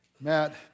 Matt